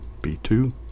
B2